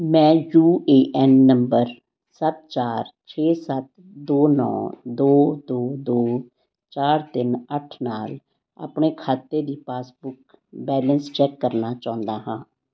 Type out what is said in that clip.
ਮੈਂ U A N number ਸੱਤ ਚਾਰ ਛੇ ਸੱਤ ਦੋ ਨੌਂ ਦੋ ਦੋ ਦੋ ਚਾਰ ਤਿੰਨ ਅੱਠ ਨਾਲ ਆਪਣੇ ਖਾਤੇ ਦੀ ਪਾਸਬੁੱਕ ਬੈਲੇਂਸ ਚੈੱਕ ਕਰਨਾ ਚਾਹੁੰਦਾ ਹਾਂ